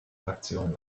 fraktion